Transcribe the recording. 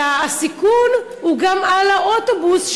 אלא הסיכון הוא גם על האוטובוס.